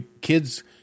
kids